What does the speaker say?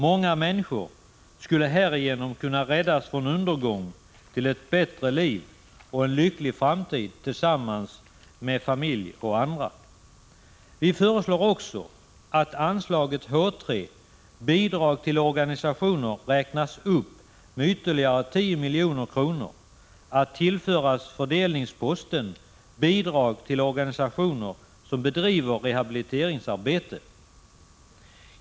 Många människor skulle härigenom kunna räddas från undergång, till ett bättre liv och en lycklig framtid tillsammans med familj och andra. Vi föreslår också att anslaget H3. Bidrag till organisationer räknas upp med ytterligare 10 milj.kr. att tillföras fördelningsposten Bidrag till organisationer som bedriver rehabiliteringsarbete.